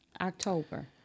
october